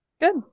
Good